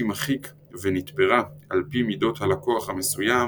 מחיק ו"נתפרה" על פי מידות הלקוח המסוים,